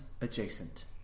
adjacent